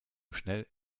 schnell